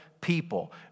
people